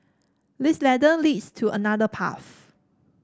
this ladder leads to another path